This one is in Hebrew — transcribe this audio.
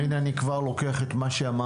הינה, אני כבר לוקח את מה שאמרת.